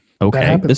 Okay